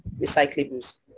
recyclables